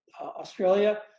Australia